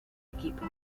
equipo